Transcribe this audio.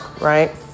right